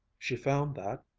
she found that,